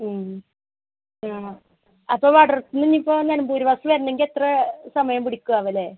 ആണോ അപ്പോൾ വാട്ടർ സിമിന്നിപ്പോൾ നിലമ്പൂർ ബസ്സ് വരണെങ്കിൽ എത്ര സമയം പിടിക്കും ആവലെ